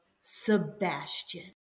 Sebastian